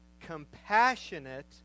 compassionate